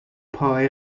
پاهای